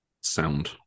Sound